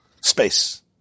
Space